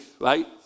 right